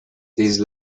these